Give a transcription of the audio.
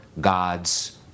God's